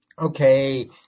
okay